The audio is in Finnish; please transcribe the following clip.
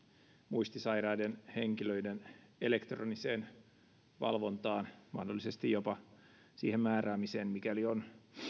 muistisairaiden henkilöiden elektroniseen valvontaan mahdollisesti jopa siihen määräämiseen mikäli on